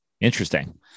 interesting